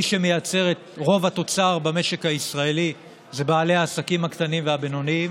מי שמייצר את רוב התוצר במשק הישראלי זה בעלי העסקים הקטנים והבינוניים,